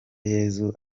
yesu